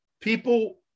people